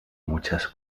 muchas